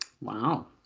Wow